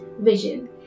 vision